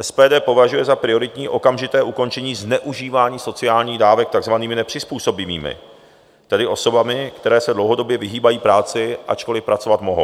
SPD považuje za prioritní okamžité ukončení zneužívání sociálních dávek takzvanými nepřizpůsobivými, tedy osobami, které se dlouhodobě vyhýbají práci, ačkoli pracovat mohou.